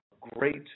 great